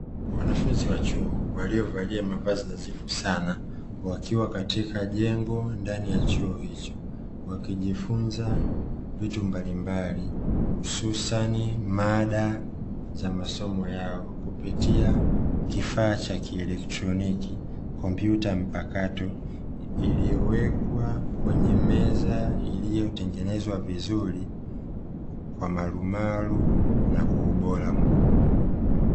Wanafunzi wa chuo waliovalia mavazi nadhifu sana, wakiwa katika jengo ndani ya chuo hicho, wakijifunza vitu mbalimbali hususani mada za masomo yao, kupitia kifaa cha electroniki kompyuta mpakato, iliyowekwa kwenye meza iliotengenezwa vizuri, kwa marumaru na kwa ubora mkubwa.